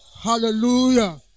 Hallelujah